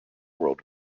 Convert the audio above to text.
world